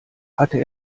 hatte